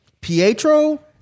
Pietro